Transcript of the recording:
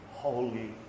Holy